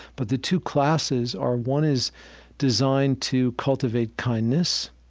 but the two classes are one is designed to cultivate kindness